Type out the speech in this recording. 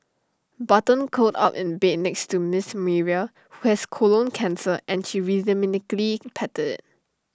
button curled up in bed next to miss Myra who has colon cancer and she rhythmically patted IT